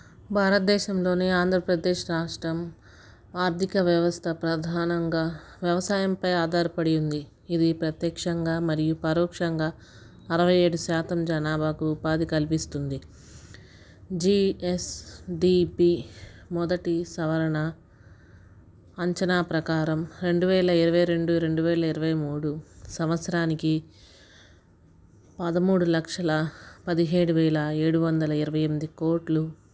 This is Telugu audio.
భారత దేశంలోని ఆంధ్రప్రదేశ్ రాష్ట్రం ఆర్థిక వ్యవస్థ ప్రధానంగా వ్యవసాయంపై ఆధారపడి ఉంది ఇది ప్రత్యక్షంగా మరియు పరోక్షంగా అరవై ఏడు శాతం జనాభాకు ఉపాధి కల్పిస్తుంది జీఎస్డీపీ మొదటి సవరణ అంచనా ప్రకారం రెండు వేల ఇరవై రెండు రెండు వేల ఇరవై మూడు సంవత్సరానికి పదమూడు లక్షల పదిహేడు వేల ఏడు వందల ఇరవై ఎనిమిది కోట్లు